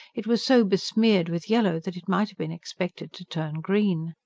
it was so besmeared with yellow that it might have been expected to turn green.